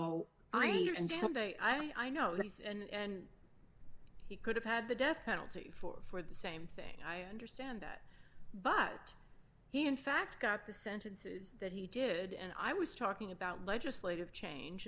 day i know this and he could have had the death penalty for for the same thing i understand that but he in fact got the sentences that he did and i was talking about legislative change